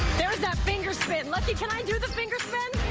that finger spin. lucky, can i do the finger spin?